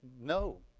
no